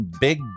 big